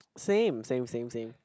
same same same same